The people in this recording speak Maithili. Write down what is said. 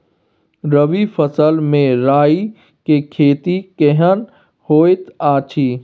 रबी फसल मे राई के खेती केहन होयत अछि?